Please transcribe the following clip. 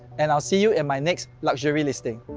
and i'll see you in my next luxury listing.